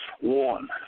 one